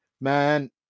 man